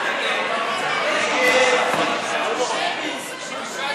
ביקשנו שמית.